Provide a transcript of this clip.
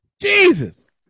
Jesus